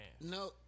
No